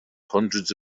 hundreds